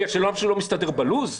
בגלל שמשהו לא מסתדר בלו"ז?